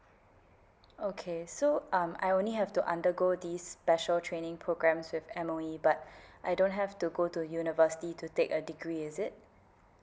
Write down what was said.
okay so um I only have to undergo this special training programmes with M_O_E but I don't have to go to university to take a degree is it